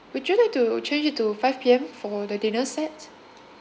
would you like to change it to five P_M for the dinner set